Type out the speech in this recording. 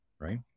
right